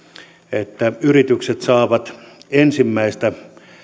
että yritykset saavat ensimmäistä